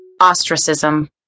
Ostracism